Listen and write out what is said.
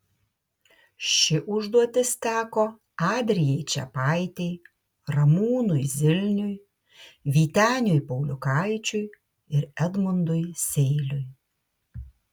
ši užduotis teko adrijai čepaitei ramūnui zilniui vyteniui pauliukaičiui ir edmundui seiliui